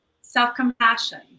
Self-compassion